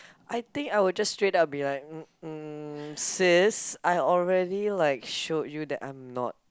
I think I would just straight up and be like mm sis I already like show you that I'm not